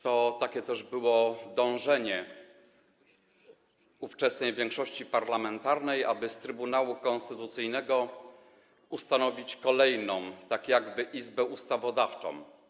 Takie też było dążenie ówczesnej większości parlamentarnej, aby z Trybunału Konstytucyjnego ustanowić kolejną tak jakby izbę ustawodawczą.